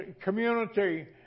community